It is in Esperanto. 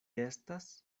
estas